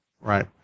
Right